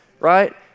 right